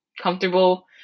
comfortable